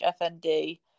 fnd